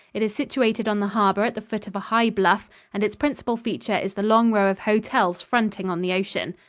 it is situated on the harbor at the foot of a high bluff, and its principal feature is the long row of hotels fronting on the ocean.